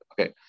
Okay